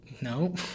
No